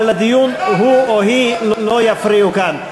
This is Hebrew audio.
אבל לדיון הוא או היא לא יפריעו כאן.